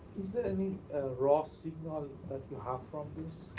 is there any raw signal that you have from this?